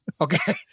Okay